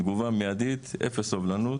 תגובה מיידית, אפס סבלנות.